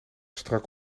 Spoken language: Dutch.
strak